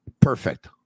Perfect